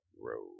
road